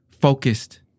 focused